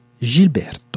Gilberto